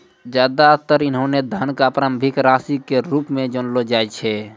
ज्यादातर ऐन्हों धन क प्रारंभिक राशि के रूप म जानलो जाय छै